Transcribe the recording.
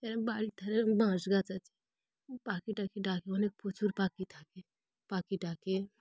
এরম বাড়ির ধারে বাঁশ গাছ আছে পাখি টাখি ডাকে অনেক প্রচুর পাখি থাকে পাখি ডাকে